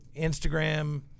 instagram